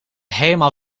helemaal